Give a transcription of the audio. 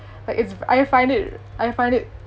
like it's I find it I find it